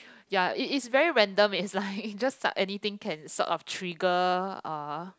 ya it is very random it's like just like anything can sort of trigger uh